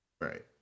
Right